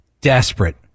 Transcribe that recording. desperate